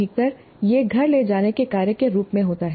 अधिकतर यह घर ले जाने के कार्य के रूप में होता है